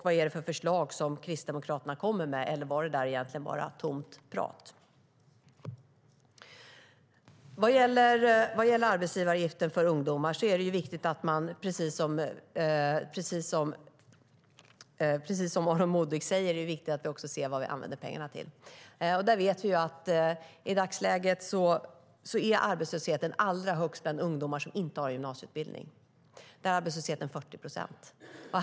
Vad är det för förslag Kristdemokraterna kommer med? Eller var det där egentligen bara tomt prat? Vad gäller arbetsgivaravgifterna för ungdomar är det, precis som Aron Modig säger, viktigt att vi också ser vad vi använder pengarna till. Vi vet att i dagsläget är arbetslösheten allra högst bland ungdomar som inte har gymnasieutbildning. Bland dem är arbetslösheten 40 procent.